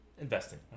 Investing